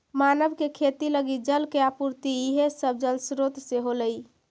मानव के खेती लगी जल के आपूर्ति इहे सब जलस्रोत से होलइ